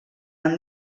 han